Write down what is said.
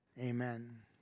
Amen